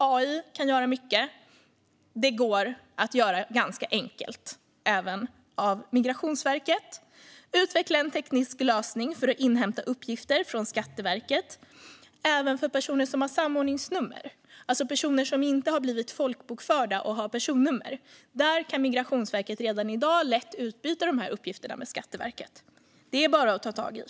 AI kan göra mycket, och det går att göra ganska enkelt även av Migrationsverket. Det handlar om att utveckla en teknisk lösning för att inhämta uppgifter från Skatteverket även för personer som har ett samordningsnummer, alltså personer som inte har blivit folkbokförda och har personnummer. Där kan Migrationsverket redan i dag lätt utbyta dessa uppgifter med Skatteverket. Det är bara att ta tag i.